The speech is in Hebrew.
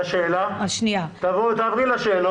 תעברי לשאלות.